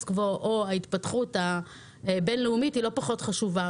קוו או ההתפתחות הבינלאומית שלא פחות חשובה.